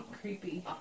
creepy